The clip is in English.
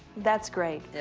that's great.